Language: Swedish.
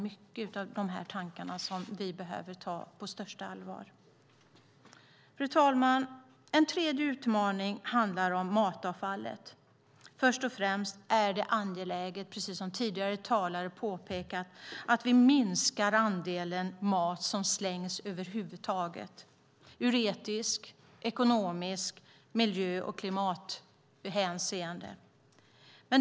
Mycket av tankarna där behöver vi ta på största allvar. Fru talman! En tredje utmaning handlar om matavfallet. Först och främst är det angeläget, precis om tidigare talare påpekat, att vi minskar andelen mat som slängs över huvud taget. Det är viktigt ur etiskt och ekonomiskt hänseende och även ur miljö och klimathänseende.